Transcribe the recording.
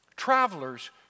Travelers